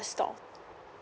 store